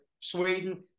Sweden